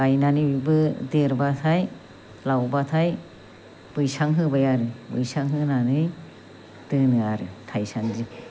गायनानै बेबो देरबाथाय लावबाथाय बैसां होबाय आरो बैसां होनानै दोनो आरो थाइसानदि